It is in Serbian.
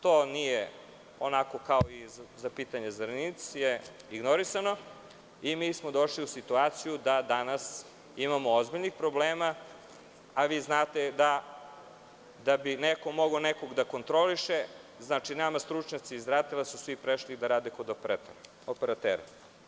To pitanje je ignorisano i mi smo došli u situaciju da danas imamo ozbiljnih problema, a vi znate da, da bi neko mogao nekog da kontroliše, nema su stručnjaci iz RATEL-a svi prešli da rade kod operatera.